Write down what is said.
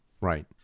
Right